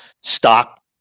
stock